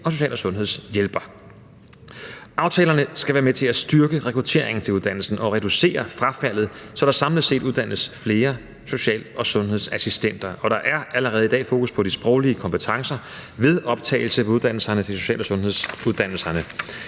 og social- og sundhedshjælper. Aftalerne skal være med til at styrke rekrutteringen til uddannelsen og reducere frafaldet, så der samlet set uddannes flere social- og sundhedsassistenter, og der er allerede i dag fokus på de sproglige kompetencer ved optagelsen til social- og sundhedsuddannelserne.